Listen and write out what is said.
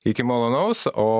iki malonaus o